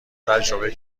تجربه